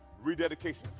rededication